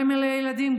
גם לילדים,